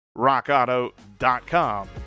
rockauto.com